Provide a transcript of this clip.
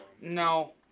No